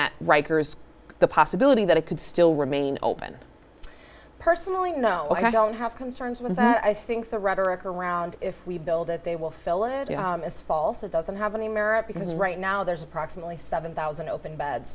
that rikers the possibility that it could still remain open personally no i don't have concerns with that i think the rhetoric around if we build it they will fill it is false it doesn't have any merit because right now there's approximately seven thousand open beds